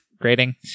grading